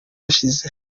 yashize